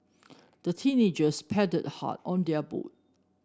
the teenagers paddled hard on their boat